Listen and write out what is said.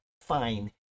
fine